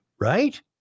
right